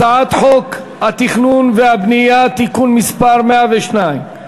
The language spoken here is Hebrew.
הצעת חוק התכנון והבנייה (תיקון מס' 102),